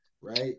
right